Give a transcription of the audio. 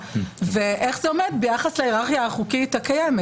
ואיך זה עומד ביחס להיררכיה החוקית הקיימת?